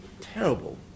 terrible